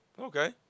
okay